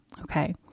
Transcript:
okay